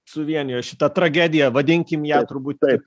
suvienijo šita tragedija vadinkim ją turbūt taip